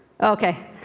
okay